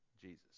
Jesus